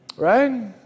right